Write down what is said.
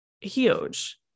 huge